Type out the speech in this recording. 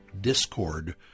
discord